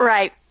Right